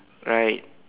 right